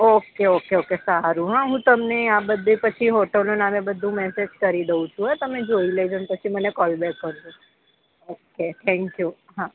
okay okay okay સારું હોં હું તમને આ બધે પછી હોટેલોનાં ને બધું મેસેજ કરી દઉં છું હોં તમે જોઈ લેજો ને પછી મને કોલ બેક કરજો ઓકે થેન્કયૂ હા